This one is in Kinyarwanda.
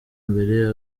mbere